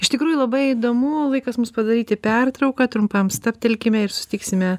iš tikrųjų labai įdomu laikas mums padaryti pertrauką trumpam stabtelkime ir susitiksime